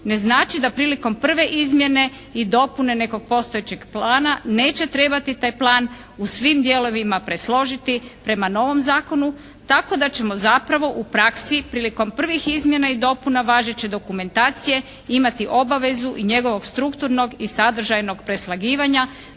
ne znači da prilikom prve izmjene i dopune nekog postojećeg plana neće trebati taj plan u svim dijelovima presložiti prema novom zakonu tako da ćemo zapravo u praksi prilikom prvih izmjena i dopuna važeće dokumentacije imati obavezu i njegovog strukturnog i sadržajnog preslagivanja